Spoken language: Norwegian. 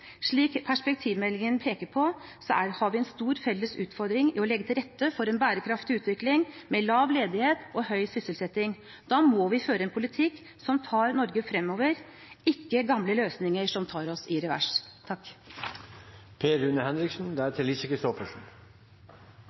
Slik perspektivmeldingen peker på, har vi en stor felles utfordring i å legge til rette for en bærekraftig utvikling med lav ledighet og høy sysselsetting. Da må vi føre en politikk som tar Norge fremover – ikke ha gamle løsninger som setter oss i revers.